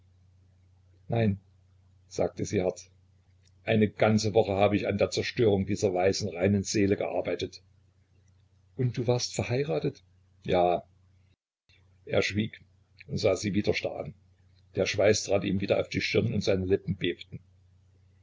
nein sagte sie hart eine ganze woche hab ich an der zerstörung dieser weißen reinen seele gearbeitet und du warst verheiratet ja er schwieg und sah sie wieder starr an der schweiß trat ihm wieder auf die stirn und seine lippen bebten